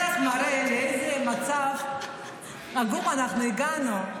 --- זה רק מראה לאיזה מצב עגום הגענו.